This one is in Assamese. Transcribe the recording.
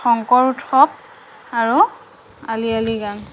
শংকৰ উৎসৱ আৰু আলি আঃয়ে লৃগাং